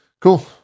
Cool